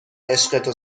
عشقت